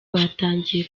batangiye